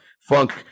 funk